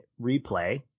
replay